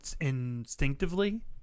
instinctively